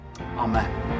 Amen